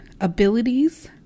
abilities